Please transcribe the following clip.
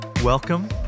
Welcome